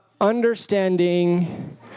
understanding